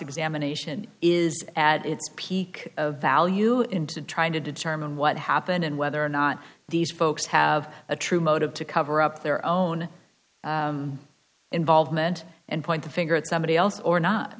examination is at its peak a value into trying to determine what happened and whether or not these folks have a true motive to cover up their own involvement and point the finger at somebody else or not